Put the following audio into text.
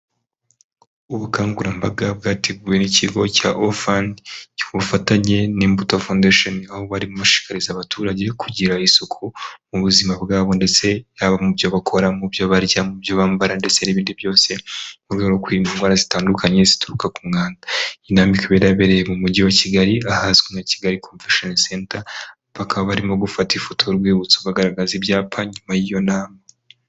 Ubukangurambaga bwateguwe n'ikigo cya OFound cy'ubufatanye n'Imbuto Foundation aho barimo gushishikariza abaturage kugira isuku mu buzima bwabo ndetse haba mu byo bakora mu byo barya mu byo bambara ndetse n'ibindi byose mu rwego rwo kwirinda indwara zitandukanye zituruka ku mwanda inama ikaba yabereye mu mujyi wa kigali ahazwi nka Kigali Convention Center kaba barimo gufata ifoto y’urwibutso bagaragaza ibyapa nyuma y'iyo nama.